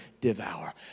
devour